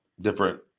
different